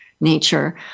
nature